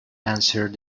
answered